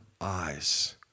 eyes